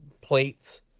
plates